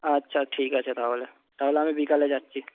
আচ্ছা ঠিক আছে তাহলে তাহলে আমি বিকেলে যাচ্ছি